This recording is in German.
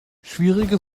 schwierige